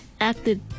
acted